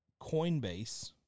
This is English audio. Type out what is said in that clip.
Coinbase